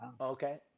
Okay